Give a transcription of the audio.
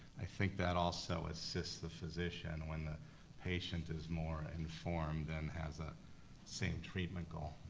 i think that also assists the physician when the patient is more informed and has a same treatment goal.